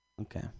Okay